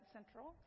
Central